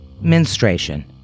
menstruation